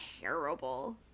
terrible